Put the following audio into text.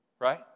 Right